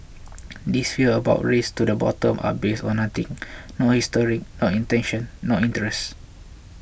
these fears about race to the bottom are based on nothing not history not intention nor interest